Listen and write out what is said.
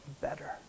better